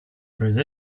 prove